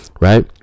right